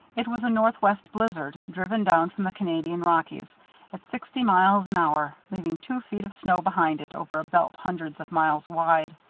it was a northwest blizzard, driven down from the canadian rockies at sixty miles an hour, leaving two feet of snow behind it over a belt hundreds of miles wide.